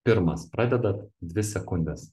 pirmas pradedat dvi sekundes